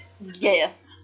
Yes